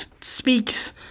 speaks